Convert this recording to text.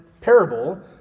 parable